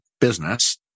business